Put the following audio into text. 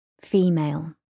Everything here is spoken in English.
Female